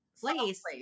place